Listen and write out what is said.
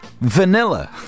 Vanilla